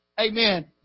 Amen